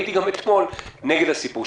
והייתי גם אתמול נגד הסיפור.